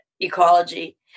ecology